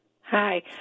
Hi